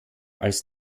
als